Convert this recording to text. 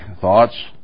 thoughts